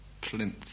Plinth